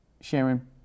Sharon